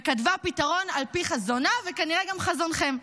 וכתבה פתרון על פי חזונה, וכנראה גם חזונכם: